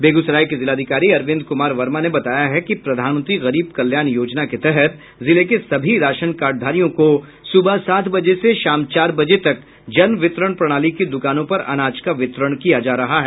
बेगूसराय के जिलाधिकारी अरविंद कुमार वर्मा ने बताया है कि प्रधानमंत्री गरीब कल्याण योजना के तहत जिले के सभी राशन कार्डधारियों को सुबह सात बजे से शाम चार बजे तक जन वितरण प्रणाली की दुकानों पर अनाज का वितरण किया जा रहा है